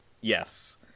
Yes